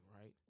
right